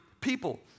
people